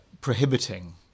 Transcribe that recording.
prohibiting